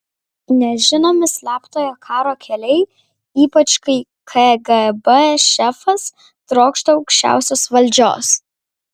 nežinomi slaptojo karo keliai ypač kai kgb šefas trokšta aukščiausios valdžios